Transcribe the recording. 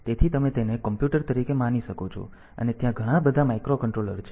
તેથી તમે તેને કોમ્પ્યુટર તરીકે માની શકો છો અને ત્યાં ઘણા બધા માઇક્રોકન્ટ્રોલર છે